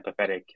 empathetic